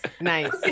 nice